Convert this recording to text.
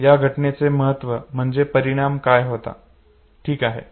या घटनेचे महत्त्व म्हणजे परिणाम काय होता ठीक आहे